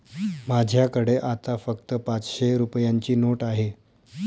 माझ्याकडे आता फक्त पाचशे रुपयांची नोट आहे